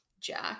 jack